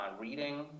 reading